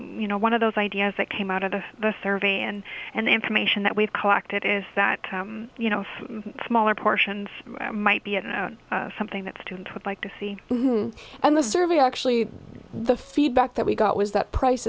you know one of those ideas that came out of the survey and and the information that we've collected is that you know if smaller portions might be something that students would like to see and the survey actually the feedback that we got was that price